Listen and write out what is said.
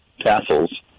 tassels